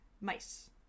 mice